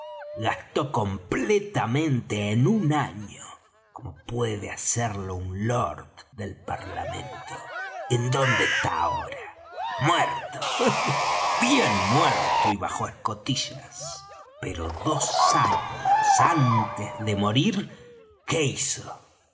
da decirlo gastó completamente en un año como puede hacerlo un lord del parlamento en dónde está ahora muerto bien muerto y bajo escotillas pero dos años antes de morir qué hizo